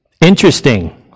Interesting